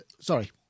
sorry